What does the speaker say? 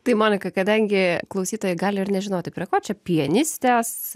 tai monika kadangi klausytojai gali ir nežinoti prie ko čia pianistės